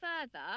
further